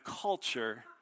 culture